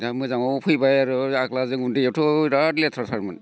दा मोजाङाव फैबाय आर' जों आग्ला उन्दैआवथ' बिराद लेथ्राथारमोन